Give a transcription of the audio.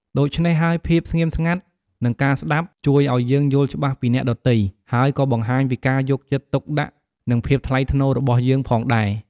ដូច្នេះហើយ ភាពស្ងៀមស្ងាត់ និងការស្តាប់ ជួយឲ្យយើងយល់ច្បាស់ពីអ្នកដទៃ ហើយក៏បង្ហាញពីការយកចិត្តទុកដាក់ និងភាពថ្លៃថ្នូររបស់យើងផងដែរ។